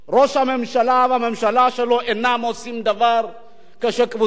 ראש הממשלה והממשלה שלו אינם עושים דבר כאשר קבוצות